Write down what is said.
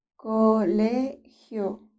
colegio